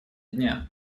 дня